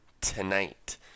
tonight